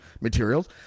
materials